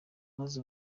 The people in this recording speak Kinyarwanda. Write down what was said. maze